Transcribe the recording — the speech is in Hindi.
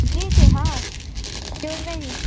जी जी हाँ क्यों नहीं